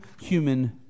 human